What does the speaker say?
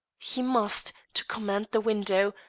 he must, to command the window,